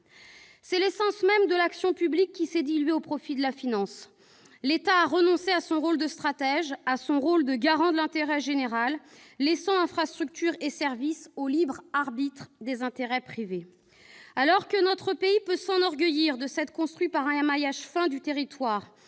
C'est l'essence même de l'action publique qui s'est diluée au profit de la finance. L'État a renoncé à son rôle de stratège et à son rôle de garant de l'intérêt général, laissant infrastructures et services au libre arbitre des intérêts privés. Alors que notre pays peut s'enorgueillir de s'être construit par un maillage fin du territoire